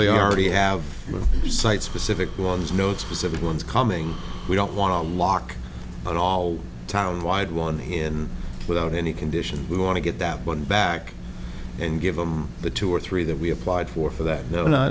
they already have site specific well there's no specific ones coming we don't want to lock out all towns wide one in without any conditions we want to get that one back and give them the two or three that we applied for for that